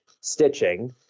stitching